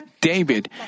David